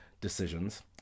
decisions